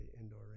indoor